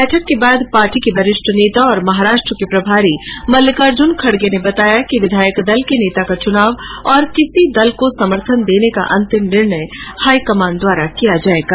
बैठक के बाद पार्टी के वरिष्ठ नेता और महाराष्ट्र के प्रभारी मलिकार्जुन खड़गे ने बताया कि विधायक दल के नेता का चुनाव और किसी दल को समर्थन देने का अंतिम निर्णय हाईकमान द्वारा किया जाएगा